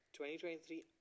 2023